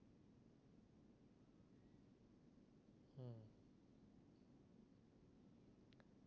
hmm